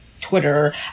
Twitter